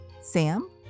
Sam